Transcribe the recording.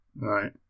right